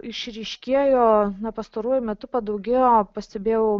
išryškėjo pastaruoju metu padaugėjo pastebėjau